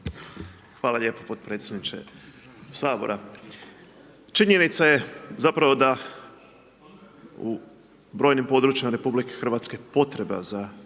Hvala lijepo podpredsjedniče Sabora. Činjenica je zapravo da u brojnim područjima RH potreba za